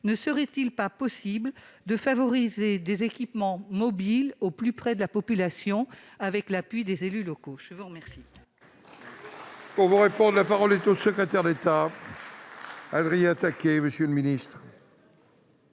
ne serait-il pas possible de favoriser des équipements mobiles, au plus près de la population, avec l'appui des élus locaux ? La parole